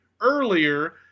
earlier